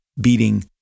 beating